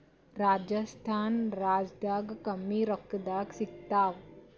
ರಾಜಸ್ಥಾನ ರಾಜ್ಯದಾಗ ಕಮ್ಮಿ ರೊಕ್ಕದಾಗ ಸಿಗತ್ತಾವಾ?